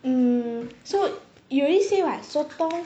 um so you already say what sotong